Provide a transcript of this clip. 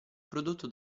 prodotto